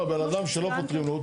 לא, אבל בן אדם שלא פותחים לו.